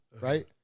right